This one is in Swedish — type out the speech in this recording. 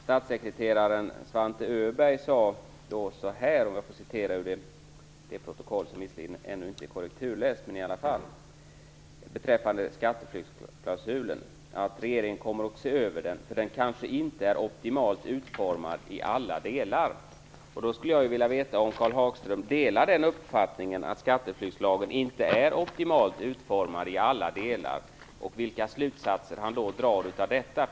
Statssekreteraren Svante Öberg sade då att regeringen kommer att se över skatteflyktsklausulen, för den kanske inte är optimalt utformad i alla delar. Jag skulle vilja veta om Karl Hagström delar uppfattningen att skatteflyktslagen inte är optimalt utformad i alla delar och vilka slutsatser han drar av detta.